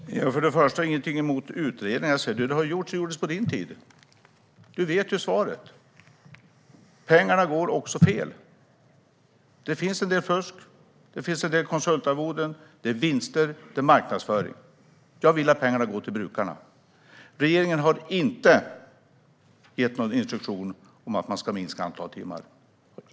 Fru talman! Jan Björklund säger att han inte har något emot utredningar. Det gjordes utredningar på hans tid, och han vet ju svaret. Pengarna går också fel. Det förekommer en del fusk. Det är en del konsultarvoden, vinster och marknadsföring. Jag vill att pengarna ska gå till brukarna. Regeringen har inte gett någon instruktion om att man ska minska antalet timmar.